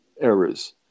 errors